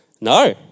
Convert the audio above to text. No